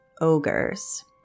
ogres